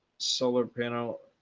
solar panel?